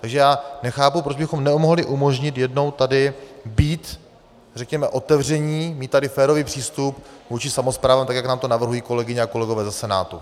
Takže nechápu, proč bychom nemohli umožnit jednou tady být řekněme otevření, mít tady férový přístup vůči samosprávám, tak jak nám to navrhují kolegyně a kolegové ze Senátu.